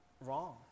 wrong